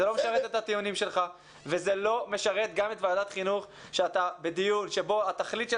זה לא משרת את הטיעונים שלך וזה לא משרת גם את ועדת חינוך שהתכלית של